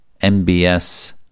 MBS